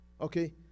okay